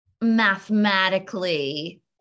mathematically